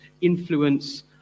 influence